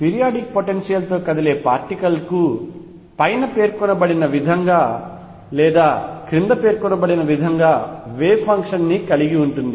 periodic potential తో కదిలే పార్టికల్కి పైన పేర్కొనబడిన విధంగా లేదా క్రింద పేర్కొనబడిన విధంగా వేవ్ ఫంక్షన్ ని కలిగి ఉంటుంది